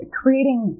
creating